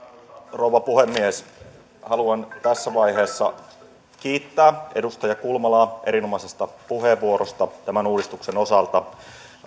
rouva puhemies haluan tässä vaiheessa kiittää edustaja kulmalaa erinomaisesta puheenvuorosta tämän uudistuksen osalta